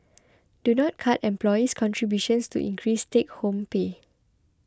do not cut employee's contributions to increase take home pay